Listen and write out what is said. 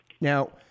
now